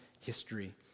history